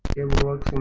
it worked